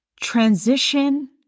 transition